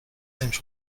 flames